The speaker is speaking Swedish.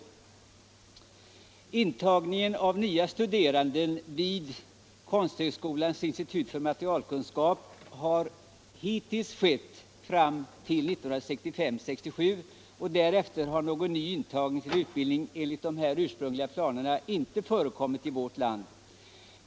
Intagning av nya studerande vid konsthögskolans institut för materialkunskap enligt de ursprungliga planerna skedde åren 1965 och 1967. Därefter har någon intagning till sådan utbildning inte förekommit i vårt land.